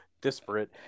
disparate